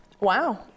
Wow